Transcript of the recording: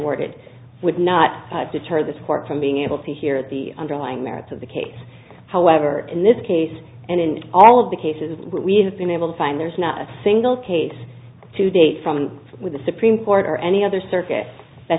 awarded would not deter this court from being able to hear the underlying merits of the case however in this case and in all of the cases we have been able to find there's not a single case to date from when the supreme court or any other circuit that